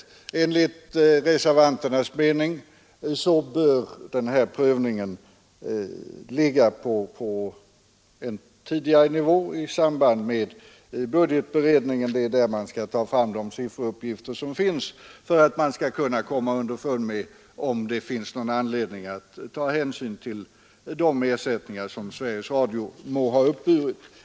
Enligt reservanternas mening bör den här prövningen ske på ett tidigare stadium, i samband med budgetberedningen i regeringen. Det är där man skall ta fram de sifferuppgifter som finns för att man skall kunna komma underfund med om det är någon anledning att ta hänsyn till de ersättningar som Sveriges Radio må ha uppburit.